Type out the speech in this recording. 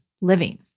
living